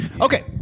Okay